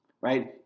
right